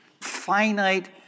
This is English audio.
finite